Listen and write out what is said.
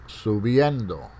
subiendo